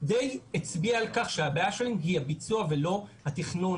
די הצביעה על כך שהבעיה שלהם היא הביצוע ולא התכנון.